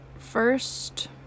First